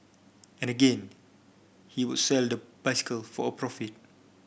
and again he would sell the bicycle for a profit